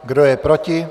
Kdo je proti?